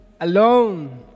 Alone